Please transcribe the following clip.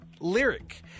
lyric